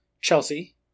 Chelsea